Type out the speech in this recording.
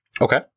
Okay